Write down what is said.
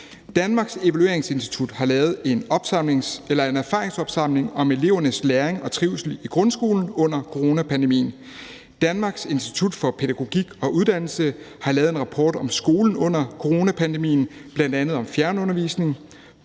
Danmarks Evalueringsinstitut har lavet en erfaringsopsamling om elevernes læring og trivsel i grundskolen under coronapandemien. Danmarks institut for Pædagogik og Uddannelse har lavet en rapport om skolen under coronapandemien, bl.a. om fjernundervisning.